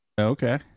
Okay